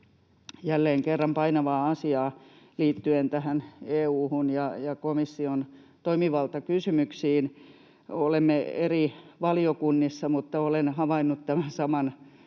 jälleen kerran painavaa asiaa liittyen EU:hun ja komission toimivaltakysymyksiin. Olemme eri valiokunnissa, mutta olen havainnut tämän saman